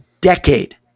decade